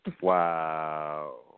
Wow